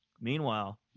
Meanwhile